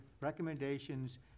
recommendations